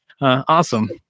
awesome